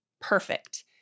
perfect